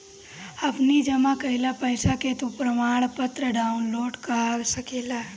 अपनी जमा कईल पईसा के तू प्रमाणपत्र डाउनलोड कअ सकेला